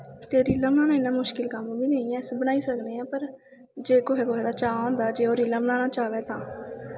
ते रीलां बनाना इन्ना मुश्कल कम्म बी निं ऐ अस बनाई सकने आं पर जे कुसै कुसै दा चाऽ होंदा जे ओह् बनाना चाहै तां